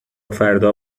فردا